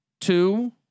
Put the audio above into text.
Two